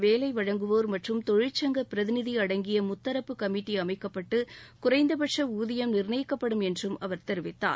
வேலைவழங்குவோர் மற்றும் தொழிற்சங்க பிரதிநிதி அடங்கியமுத்தரப்பு மாநிலஅரசுகள் கமிட்டிஅமைக்கப்பட்டுகுறைந்தபட்சஊதியம் நிர்ணயிக்கப்படும் என்றும் அவர் தெரிவித்தார்